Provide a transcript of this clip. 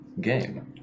game